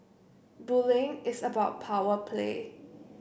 bullying is about power play